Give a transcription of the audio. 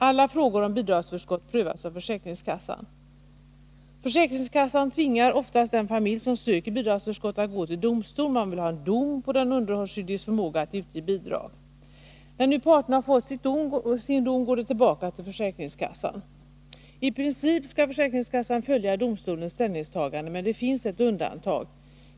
Alla frågor om bidragsförskott prövas av försäkringskassan. Försäkringskassan tvingar oftast den familj som söker bidragsförskott att gå till domstol — man vill ha en dom på den underhållsskyldiges förmåga att utge bidrag. När parterna har fått sin dom går de tillbaka till försäkringskassan. I princip skall försäkringskassan följa domstolens ställningstagande, men det finns ett undantag.